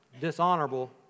dishonorable